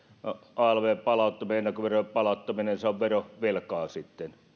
alvn palauttaminen ja ennakkoverojen palauttaminen on verovelkaa sitten